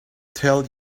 tell